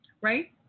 right